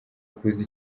kuza